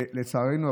לצערנו,